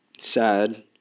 Sad